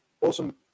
awesome